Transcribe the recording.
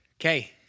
Okay